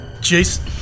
jason